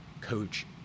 coach